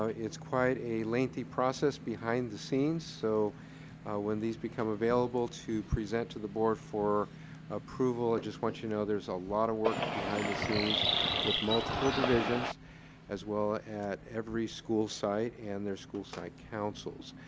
ah it's quite a lengthy process behind the scenes so when these become available to present to the board for approval, i just want you to know there's a lot of work behind the scenes with multiple divisions as well at every school site and their school site councils.